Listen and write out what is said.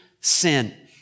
sin